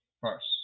First